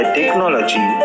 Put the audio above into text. technology